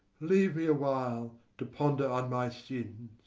leave me a while to ponder on my sins.